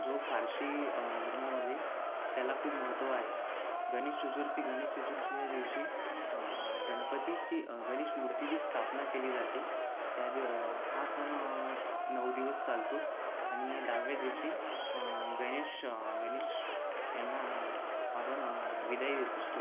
जो पारशी धर्मामधे त्याला खूप महत्त्व आहे गणेश चतुर्थी गणेश चतुर्थीच्या दिवशी गणपतीची गणेश मूर्तीची स्थापना केली जाते त्या दि हा सण नऊ दिवस चालतो आणि दहाव्या दिवशी गणेश गणेश यांना आपण विदाई देत असतो